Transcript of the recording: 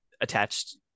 attached